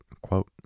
quote